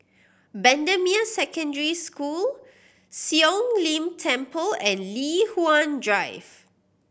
Bendemeer Secondary School Siong Lim Temple and Li Hwan Drive